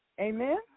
Amen